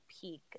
peak